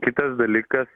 kitas dalykas